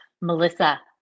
Melissa